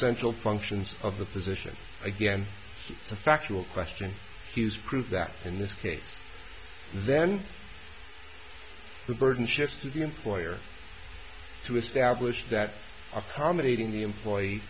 essential functions of the physician again the factual question is prove that in this case then the burden shifts to the employer to establish that accommodating the employee